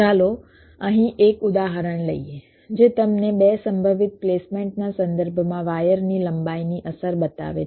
ચાલો અહીં એક ઉદાહરણ લઈએ જે તમને 2 સંભવિત પ્લેસમેન્ટના સંદર્ભમાં વાયર ની લંબાઈની અસર બતાવે છે